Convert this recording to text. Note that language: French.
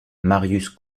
marius